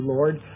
Lord